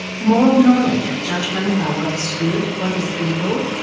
moral knowledge or judgment about what is good, what is evil,